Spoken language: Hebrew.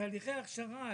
תהליכי הכשרה.